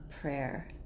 prayer